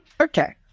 Okay